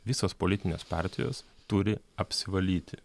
visos politinės partijos turi apsivalyti